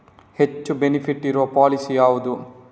ಹೆಚ್ಚು ಬೆನಿಫಿಟ್ ಇರುವ ಪಾಲಿಸಿ ಯಾವುದು?